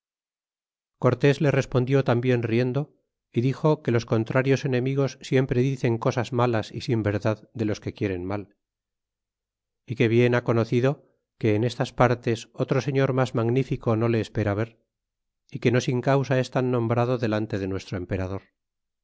cortés le respondió tambien riendo y dixo que los contrarios enemigos siempre dicen cosas malas é sin verdad de los que quieren mal que bien ha conocido que en estas partes otro señor mas magnífico no le espera ver é que no sin causa es tan nombrado delante de nuestro emperador